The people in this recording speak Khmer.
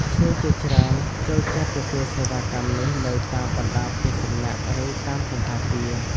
ភ្ញៀវជាច្រើនចូលចិត្តទទួលសេវាកម្មនេះនៅតាមបណ្តាផ្ទះសំណាក់ ឬតាមសណ្ឋាគារ។